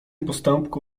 postępku